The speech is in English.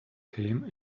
came